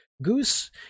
Goose